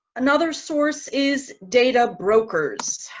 another source is data brokers.